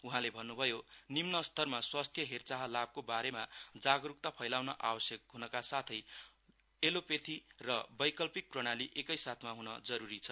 उहाँले भन्नुभयो निम्न स्तरमा स्वास्थ्य हेरचाह लाभको बारेमा जागरुकता फैलाउन आवश्यक हुनका साथै एलोपेथि र वैकल्पिक प्रणाली एकै साथमा हुन जरुरीछ